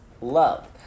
love